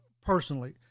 personally